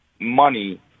money